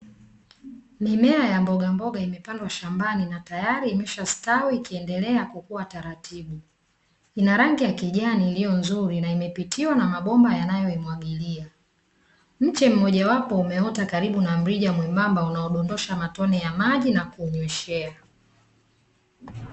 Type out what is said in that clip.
Mimea ya mbogamboga imepandwa shambani na tayari imeshastawi ikiendelea kukua taratibu, ina rangi ya kijani iliyo nzuri na imepitiwa na mabomba yanayoimwagilia. Mche mmojawapo umeota karibu na mrija mwembamba unaodondosha matone ya maji na kuunyweshea.